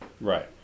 Right